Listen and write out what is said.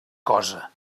cosa